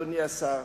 אדוני השר,